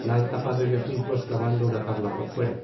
la han tapado ellos mismos clavando una tabla por fuera